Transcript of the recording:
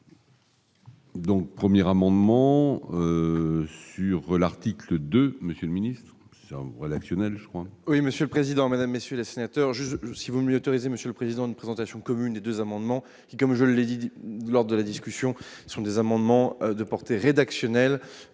Donc premier amendement sur l'article de Monsieur le Ministre, l'actionnaire je crois. Oui, monsieur le président, Mesdames, messieurs les sénateurs je si vous m'y autorisez monsieur le président, une présentation commune des 2 amendements qui, comme je l'ai dit, lors de la discussion sont des amendements de porter rédactionnel